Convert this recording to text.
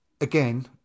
again